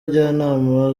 njyanama